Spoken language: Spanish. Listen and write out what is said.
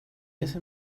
ese